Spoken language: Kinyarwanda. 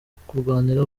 kurwanira